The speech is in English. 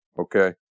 Okay